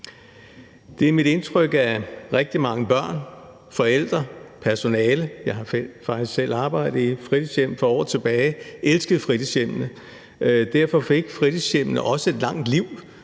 Det er mit indtryk, at rigtig mange børn, forældre og personale – jeg har faktisk selv arbejdet på et fritidshjem for år tilbage – elskede fritidshjemmene. Derfor fik fritidshjemmene også et langt liv